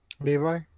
levi